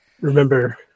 remember